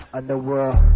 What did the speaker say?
Underworld